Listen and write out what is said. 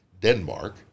Denmark